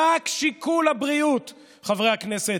רק שיקול הבריאות, חברי הכנסת,